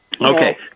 Okay